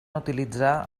utilitzar